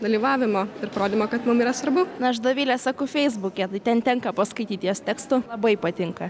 dalyvavimo ir parodymo kad mums yra svarbu na aš dovilę seku feisbuke tai ten tenka paskaityti jas tekstai labai patinka